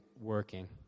working